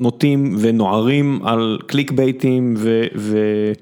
נוטים ונוערים על קליק בייטים ו...